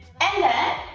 and then,